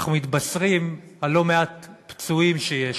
אנחנו מתבשרים על לא מעט פצועים שיש שם.